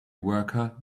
worker